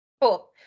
Cool